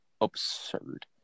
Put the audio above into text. absurd